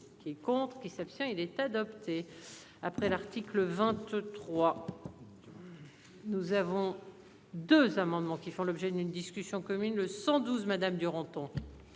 qui compte qui s'abstient il est adopté. Après l'article 23. Nous avons. 2 amendements qui font l'objet d'une discussion commune le 112 madame Duranton.